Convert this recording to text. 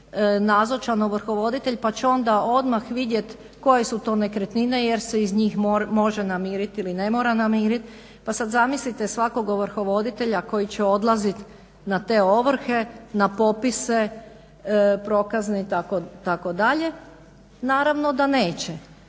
nazočan ovrhovoditelj pa će onda odmah vidjeti koje su to nekretnine jer se iz njih može namiriti ili ne mora namiriti. Pa sada zamislite svakog ovrhovoditelja koji će odlaziti na te ovrhe na popise, prokazne itd. naravno da neće.